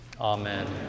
Amen